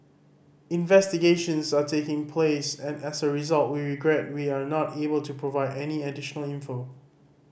investigations are taking place and as a result we regret we are not able to provide any additional info